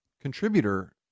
contributor